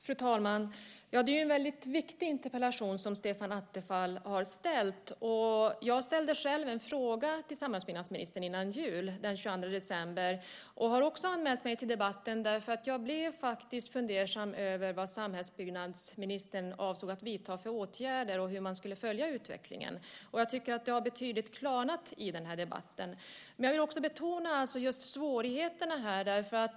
Fru talman! Det är en väldigt viktig interpellation som Stefan Attefall har ställt. Jag ställde själv en fråga till samhällsbyggnadsministern före jul, den 22 december. Jag har också anmält mig till debatten därför att jag faktiskt blev fundersam över vad samhällsbyggnadsministern avsåg att vidta för åtgärder och hur hon skulle följa utvecklingen. Jag tycker att det har klarnat betydligt i den här debatten. Men jag vill också betona svårigheterna här.